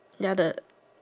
ya the